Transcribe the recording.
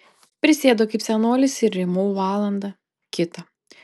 prisėdu kaip senolis ir rymau valandą kitą